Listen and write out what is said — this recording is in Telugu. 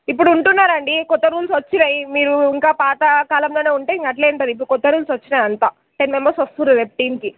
ఇప్పుడు ఉంటున్నారండీ కొత్త రూల్స్ వచ్చినాయి మీరు ఇంకా పాత కాలంలోనే ఉంటే ఇంక అట్లే ఉంటుంది ఇప్పుడు కొత్త రూల్స్ వచ్చినాయి అంతా టెన్ మెంబెర్స్ వస్తున్నారు రేపు టీంకి